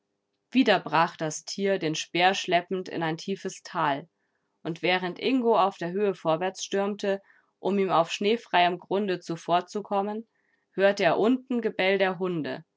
wieder brach das tier den speer schleppend in ein tiefes tal und während ingo auf der höhe vorwärtsstürmte um ihm auf schneefreiem grunde zuvorzukommen hörte er unten gebell der hunde